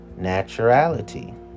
naturality